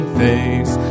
face